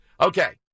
Okay